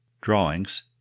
drawings